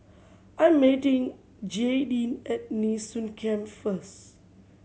I'm meeting Jaydin at Nee Soon Camp first